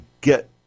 get